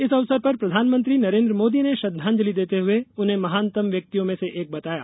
इस अवसर पर प्रधानमंत्री नरेन्द्र मोदी ने श्रद्वांजलि देते हुए उन्हें महानतम व्यक्तियों में से एक बताया